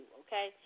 okay